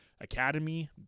academy